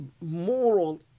moral